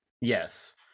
yes